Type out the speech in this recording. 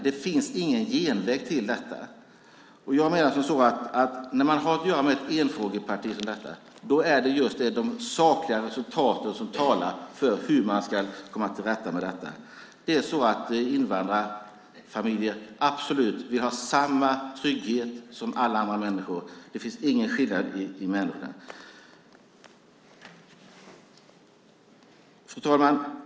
Det finns ingen genväg till detta. Jag menar att när man har att göra med ett enfrågeparti som detta är det just de sakliga resultaten som talar för hur man ska komma till rätta med detta. Invandrarfamiljer vill absolut ha samma trygghet som alla andra människor. Det finns ingen skillnad mellan människor. Fru talman!